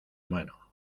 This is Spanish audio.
mano